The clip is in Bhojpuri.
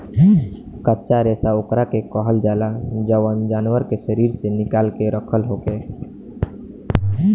कच्चा रेशा ओकरा के कहल जाला जवन जानवर के शरीर से निकाल के रखल होखे